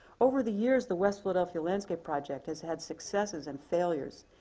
over the years, the west philadelphia landscape project has had successes and failures.